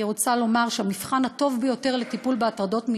אני רוצה לומר שהמבחן הטוב ביותר לטיפול בהטרדות מיניות,